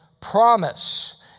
promise